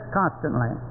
constantly